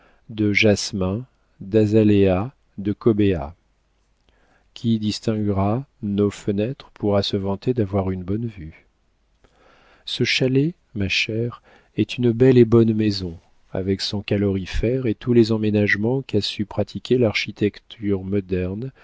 de jasmin d'azaléa de cobæa qui distinguera nos fenêtres pourra se vanter d'avoir une bonne vue ce chalet ma chère est une belle et bonne maison avec son calorifère et tous les emménagements qu'a su pratiquer l'architecture moderne